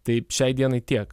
tai šiai dienai tiek